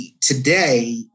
today